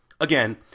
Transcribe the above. Again